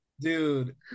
Dude